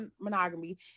monogamy